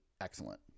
excellent